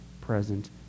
present